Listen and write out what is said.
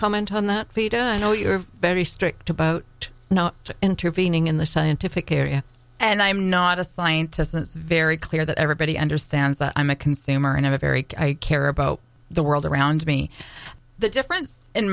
comment on that feed and know you are very strict about it not intervening in the scientific area and i'm not a scientist it's very clear that everybody understands that i'm a consumer and i have i care about the world around me the difference in